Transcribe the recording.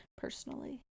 Personally